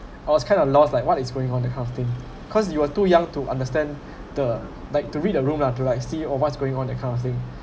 I was kind of lost like what is going on that kind of thing cause you were too young to understand the like to read the room lah to like see oh what's going on that kind of thing